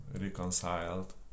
reconciled